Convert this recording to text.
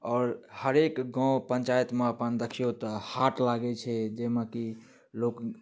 आओर हरेक गाँव पंचायत मे अपन देखियो तऽ हाट लागै छै जाहिमे कि लोक